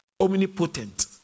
Omnipotent